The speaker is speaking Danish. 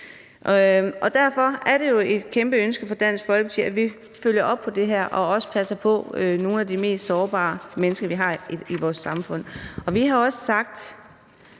Derfor er det jo et kæmpe ønske fra Dansk Folkeparti, at vi følger op på det her og også passer på nogle af de mest sårbare mennesker, vi har i vores samfund. Vi har også sagt,